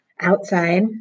Outside